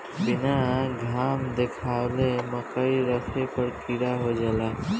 बीना घाम देखावले मकई रखे पर कीड़ा हो जाला